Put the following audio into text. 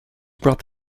brought